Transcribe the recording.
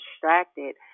distracted